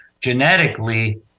Genetically